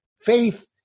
Faith